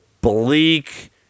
bleak